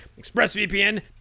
ExpressVPN